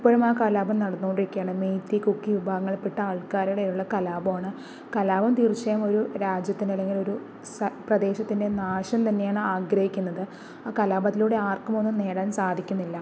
ഇപ്പോഴും ആ കലാപം നടന്നുകൊണ്ടിരിക്കുകയാണ് മെയ്തി കുക്കി വിഭാഗങ്ങളിൽപ്പെട്ട ആൾക്കാരുടെയുള്ള കാലാപമാണ് കാലാപം തീർച്ചയായും ഒരു രാജ്യത്തിൻറെ അല്ലെങ്കിൽ ഒരു പ്രദേശത്തിന്റെ നാശം തന്നെയാണ് ആഗ്രഹിക്കുന്നത് ആ കാലാപത്തിലൂടെ ആർക്കും ഒന്നും നേടാൻ സാധിക്കുന്നില്ല